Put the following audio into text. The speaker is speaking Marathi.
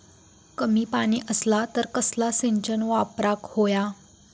कमी पाणी असला तर कसला सिंचन वापराक होया?